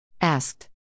asked